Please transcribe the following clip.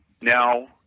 now